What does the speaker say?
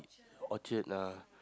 Orchard lah